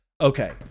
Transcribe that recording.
Okay